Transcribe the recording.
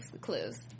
clues